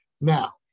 Now